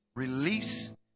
Release